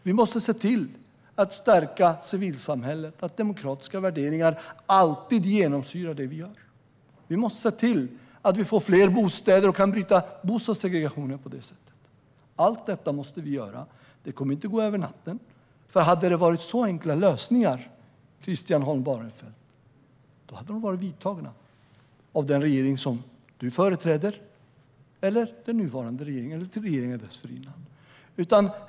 Vi måste se till att stärka civilsamhället och att demokratiska värderingar alltid genomsyrar det vi gör. Vi måste se till att det blir fler bostäder så att vi på det sättet kan bryta bostadssegregationen. Allt detta måste vi göra. Det kommer inte att gå över en natt. Hade det varit så enkla lösningar, Christian Holm Barenfeld, då hade de redan genomförts av den regering som du företräder eller den nuvarande regeringen eller regeringar dessförinnan.